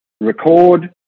record